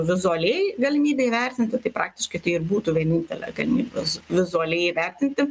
vizualiai galimybę įvertinti tai praktiškai tai ir būtų vienintelė gamyklos vizualiai įvertinti